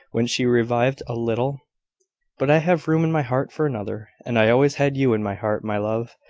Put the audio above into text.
when she revived a little but i have room in my heart for another and i always had you in my heart, my love,